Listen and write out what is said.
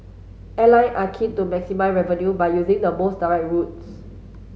airline are keen to maximise revenue by using the most direct routes